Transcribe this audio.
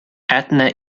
etna